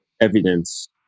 evidence